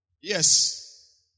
Yes